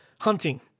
hunting